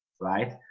right